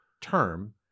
term